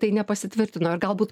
tai nepasitvirtino ir galbūt